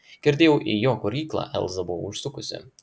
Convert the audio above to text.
girdėjau į jo kūryklą elza buvo užsukusi